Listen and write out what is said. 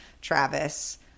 Travis